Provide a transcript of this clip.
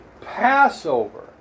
Passover